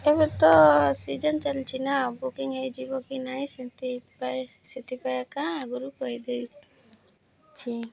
ଏବେ ତ ସିଜନ୍ ଚାଲିଛିି ନା ବୁକିଂ ହେଇଯିବ କି ନାଇଁ ସେଥିପାଇଁ ସେଥିପାଇଁ କାଁ ଆଗରୁ କହିଦେଇଛି